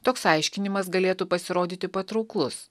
toks aiškinimas galėtų pasirodyti patrauklus